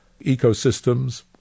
ecosystems